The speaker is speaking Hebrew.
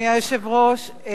אדוני היושב-ראש,